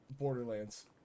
Borderlands